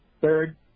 Third